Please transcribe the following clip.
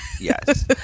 Yes